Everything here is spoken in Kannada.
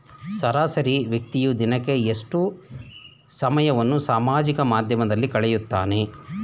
ಸರಾಸರಿ ವ್ಯಕ್ತಿಯು ದಿನಕ್ಕೆ ಎಷ್ಟು ಸಮಯವನ್ನು ಸಾಮಾಜಿಕ ಮಾಧ್ಯಮದಲ್ಲಿ ಕಳೆಯುತ್ತಾನೆ?